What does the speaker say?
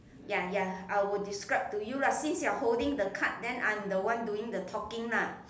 ya ya I will describe to you lah since you holding the card then I am the one doing the talking lah